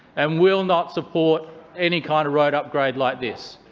and will not support any kind of road upgrade like this.